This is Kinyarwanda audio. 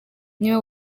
niwe